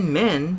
men